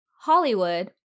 Hollywood